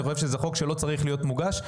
אני חושב שזה חוק שלא צריך להיות מוגש.